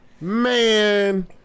man